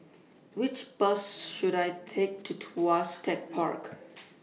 Which Bus should I Take to Tuas Tech Park